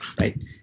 right